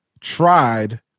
tried